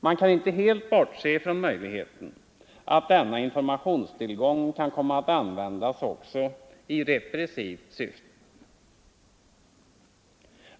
Man kan inte helt bortse från möjligheten att denna informationstillgång kan komma att användas också i repressivt syfte.